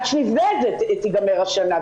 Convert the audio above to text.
עד שנבנה את זה תיגמר השנה.